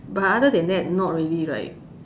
but other than that not really right